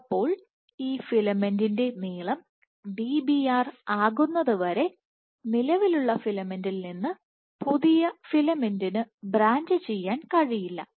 അപ്പോൾ ഈ ഫിലമെന്റിന്റെനീളം Dbr ആകുന്നതുവരെ നിലവിലുള്ള ഫിലമെന്റിൽ നിന്ന് പുതിയ ഫിലമെന്റിന് ബ്രാഞ്ച് ചെയ്യാൻ കഴിയില്ല